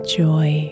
joy